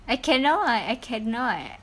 I cannot [what] I cannot